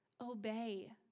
Obey